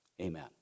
amen